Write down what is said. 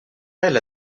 elles